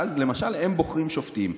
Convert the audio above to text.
ואז למשל הם בוחרים שופטים.